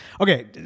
Okay